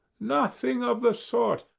nothing of the sort.